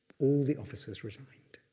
all the officers resigned.